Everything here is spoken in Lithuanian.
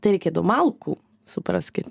tai reikėdavo malkų supraskit